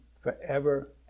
forever